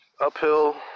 Uphill